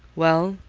well,